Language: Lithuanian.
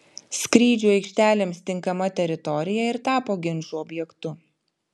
skrydžių aikštelėms tinkama teritorija ir tapo ginčų objektu